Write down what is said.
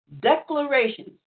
declarations